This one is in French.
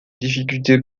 difficultés